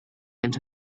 into